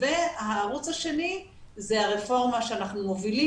והערוץ השני הוא הרפורמה שאנחנו מובילים